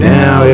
Now